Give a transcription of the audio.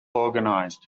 organized